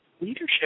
leadership